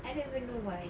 I never know why